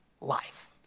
life